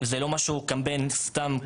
זה לא קמפיין סתמי,